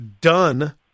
done